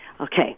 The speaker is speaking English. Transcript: okay